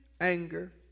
anger